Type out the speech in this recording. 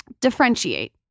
differentiate